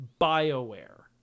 BioWare